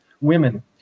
women